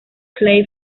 clay